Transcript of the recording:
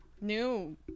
New